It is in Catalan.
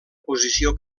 posició